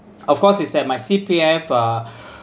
of course is at my C_P_F uh